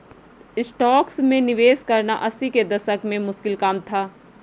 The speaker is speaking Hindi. स्टॉक्स में निवेश करना अस्सी के दशक में मुश्किल काम था